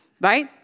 right